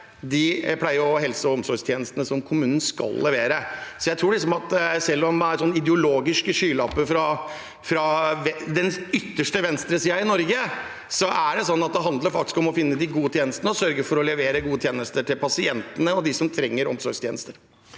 de pleie-, helse- og omsorgstjenestene som kommunene skal levere. Jeg tror at selv om det er ideologiske skylapper på den ytterste venstresiden i Norge, handler dette faktisk om å finne de gode tjenestene og sørge for å levere gode tjenester til pasientene og dem som trenger omsorgstjenester.